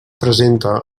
presenta